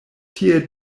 tie